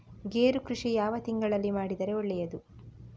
ಗೇರು ಕೃಷಿ ಯಾವ ತಿಂಗಳಲ್ಲಿ ಮಾಡಿದರೆ ಒಳ್ಳೆಯದು?